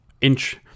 inch